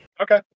Okay